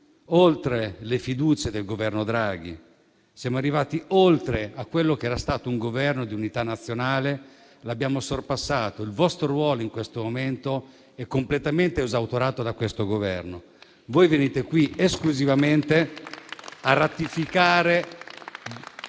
oltre le fiducie del Governo Draghi, siamo arrivati oltre quello che era stato un Governo di unità nazionale, l'abbiamo sorpassato. Il vostro ruolo in questo momento è completamente esautorato da questo Governo; voi venite qui esclusivamente a ratificare